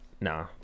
nah